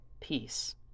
peace